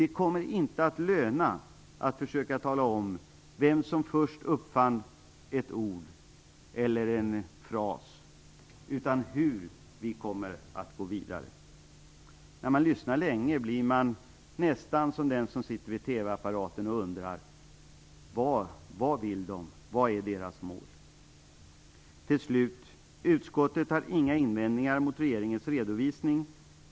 Det kommer inte att löna sig att försöka tala om vem som först uppfann ett ord eller en fras, utan det kommer att handla om hur vi skall gå vidare. När man lyssnar länge blir man nästan som den som sitter vid TV-apparaten och undrar: Vad är det de vill? Vad är deras mål? Till slut vill jag säga att utskottet inte har några invändningar mot regeringens redovisning.